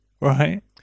Right